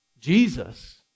Jesus